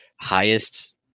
highest